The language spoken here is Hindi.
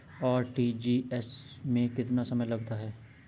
आर.टी.जी.एस में कितना समय लगता है?